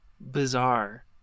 bizarre